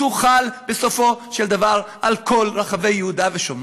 תוחל בסופו של דבר על כל רחבי יהודה ושומרון.